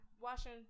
washing